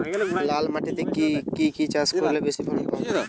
লাল মাটিতে কি কি চাষ করলে বেশি ফলন পাওয়া যায়?